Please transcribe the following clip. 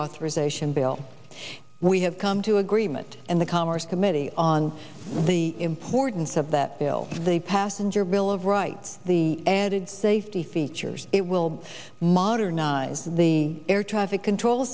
reauthorization bill we have come to agreement in the congress committee on the importance of that bill the passenger bill of rights the added safety features it will modernize the air traffic control